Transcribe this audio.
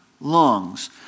lungs